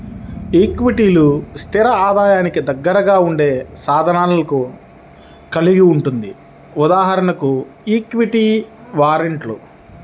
ఈక్విటీలు, స్థిర ఆదాయానికి దగ్గరగా ఉండే సాధనాలను కలిగి ఉంటుంది.ఉదాహరణకు ఈక్విటీ వారెంట్లు